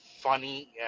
funny